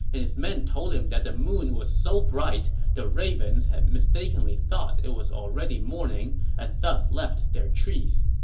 and his men told him that the moon was so bright, the ravens had mistakenly thought it was already morning and thus left their trees.